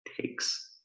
takes